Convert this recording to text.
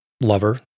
lover